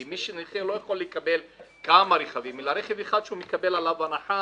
כי נכה לא יכול לקבל כמה רכבים אלא רכב אחד שהוא מקבל עליו הנחה.